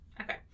Okay